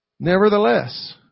Nevertheless